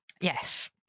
Yes